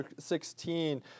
16